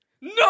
No